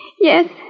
Yes